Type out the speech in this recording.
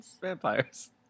vampires